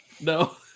no